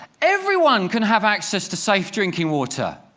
everyone can have access to safe drinking water.